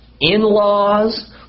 in-laws